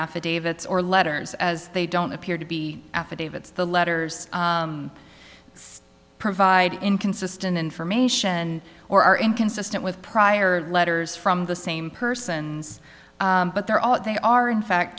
affidavits or letters as they don't appear to be affidavits the letters provide inconsistent information or are inconsistent with prior letters from the same persons but they're all they are in fact